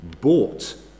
bought